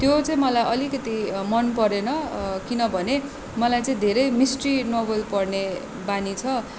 त्यो चाहिँ मलाई अलिकति मन परेन किनभने मलाई चाहिँ धेरै मिस्ट्री नोबल पढ्ने बानी छ